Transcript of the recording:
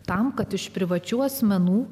tam kad iš privačių asmenų